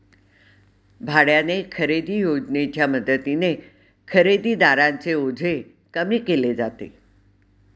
भाड्याने खरेदी योजनेच्या मदतीने खरेदीदारांचे ओझे कमी केले जाते